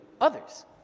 others